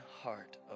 heart